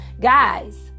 Guys